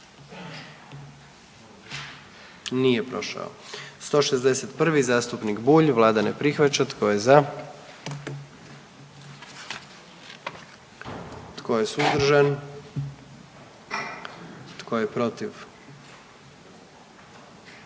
44. Kluba zastupnika SDP-a, vlada ne prihvaća. Tko je za? Tko je suzdržan? Tko je protiv?